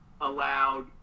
allowed